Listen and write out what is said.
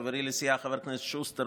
חברי לסיעה חבר הכנסת שוסטר,